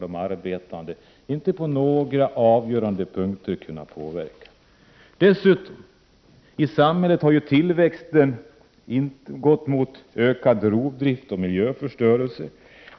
De arbetande har inte på några avgörande punkter kunnat påverka teknikens utveckling. Dessutom har tillväxten i samhället gått mot ökad rovdrift och miljöförstörelse.